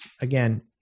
Again